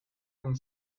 con